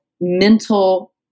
mental